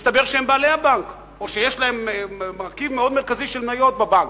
מסתבר שהם בעלי הבנק או שיש להם מרכיב מאוד מרכזי של מניות בבנק.